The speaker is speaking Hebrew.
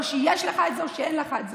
או שיש לך את זה או שאין לך את זה.